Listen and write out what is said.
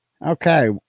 Okay